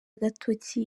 agatoki